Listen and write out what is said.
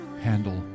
handle